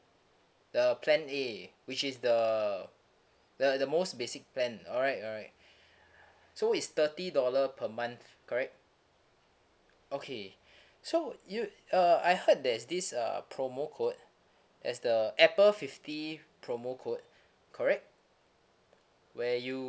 the plan A which is the the the most basic plan alright alright so is thirty dollar per month correct okay so you uh I heard there's this uh promo code there's the apple fifty promo code correct where you